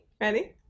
ready